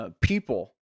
people